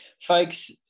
Folks